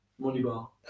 Moneyball